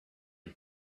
you